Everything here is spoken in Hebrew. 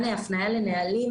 לעניין הפנייה לנהלים,